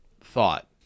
thought